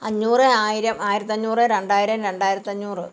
അഞ്ഞൂറ് ആയിരം ആയിരത്തി അഞ്ഞൂറ് രണ്ടായിരം രണ്ടായിരത്തഞ്ഞൂറ്